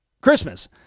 Christmas